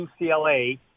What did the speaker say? UCLA